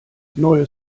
neue